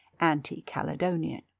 anti-Caledonian